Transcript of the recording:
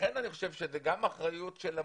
לכן אני חושב שזאת גם אחריות של המוסדות,